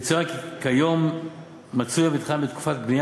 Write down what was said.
יצוין כי כיום מצוי המתחם בתקופת בנייה